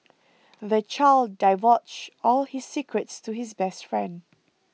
the child divulged all his secrets to his best friend